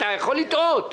אתה יכול לטעות.